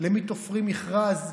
למי תופרים מכרז?